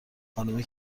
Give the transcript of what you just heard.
خانومه